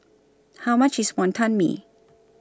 How much IS Wonton Mee